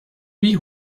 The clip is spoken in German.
wie